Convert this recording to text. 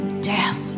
death